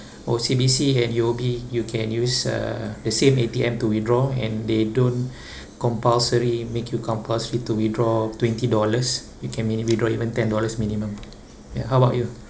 O_C_B_C and U_O_B you can use uh the same A_T_M to withdraw and they don't compulsory make you compulsory to withdraw twenty dollars you can maybe withdraw even ten dollars minimum yeah how about you